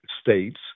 states